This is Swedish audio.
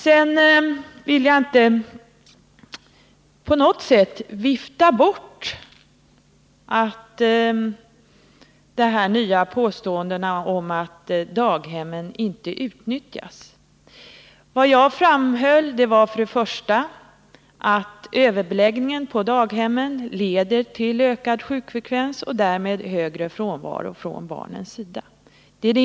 Sedan vill jag inte på något sätt vifta bort påståendena om att daghemmen inte utnyttjas. Vad jag framhöll var för det första att överbeläggningen på daghemmen leder till ökad sjukfrekvens och därmed högre frånvaro från barnens sida.